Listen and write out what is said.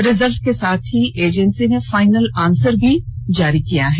result के साथ ही एजेंसी ने फाइनल आंसर की भी जारी कर दी है